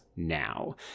Now